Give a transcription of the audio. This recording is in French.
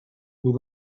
nous